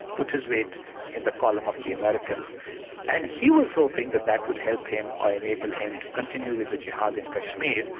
put his weight in the column of the americans and he was hoping that that would help him, or enable him to continue with the jihad in kashmir,